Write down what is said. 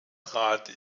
rate